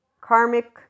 karmic